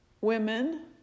women